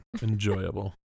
enjoyable